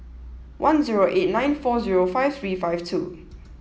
one zero eight nine four zero five three five two